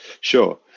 Sure